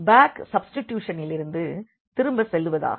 back சப்ஸ்டிடியூஷனிற்கு திரும்ப செல்வதாகும்